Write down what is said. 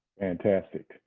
fantastic.